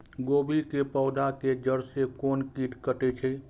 गोभी के पोधा के जड़ से कोन कीट कटे छे?